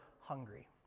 hungry